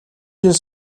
жил